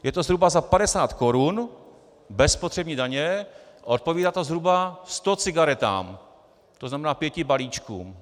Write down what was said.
Je to zhruba za 50 korun bez spotřební daně a odpovídá to zhruba 100 cigaretám, to znamená pěti balíčkům.